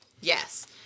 Yes